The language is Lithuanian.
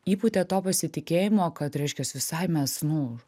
įpūtė to pasitikėjimo kad reiškias visai mes nu